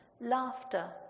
laughter